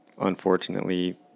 Unfortunately